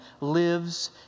lives